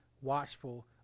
Watchful